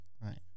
Right